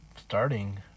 starting